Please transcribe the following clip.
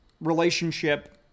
relationship